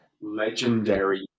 legendary